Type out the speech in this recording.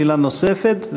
שאלה נוספת,